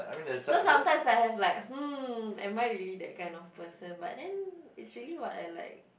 so sometimes I have like hmm am I really that kind of person but then it's really what I like